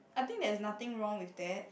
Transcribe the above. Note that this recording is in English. I think there's nothing wrong with that